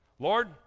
Lord